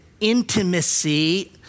intimacy